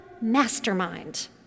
mastermind